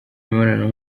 imibonano